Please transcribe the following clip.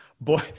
boy